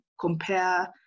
compare